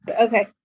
Okay